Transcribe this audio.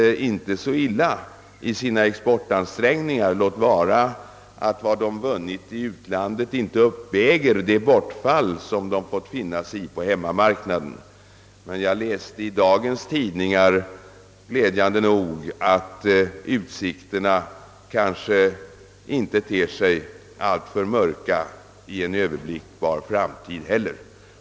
Textilindustrien har ju inte lyckats så dåligt beträffande exportansträngningarna, låt vara att vad den vunnit i utlandet inte uppväger bortfallet på hemmamarknaden. Jag läste emellertid glädjande nog i dagens tidningar, att utsikterna kanske inte heller ter sig alltför mörka inför en överblickbar framtid.